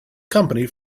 company